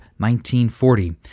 1940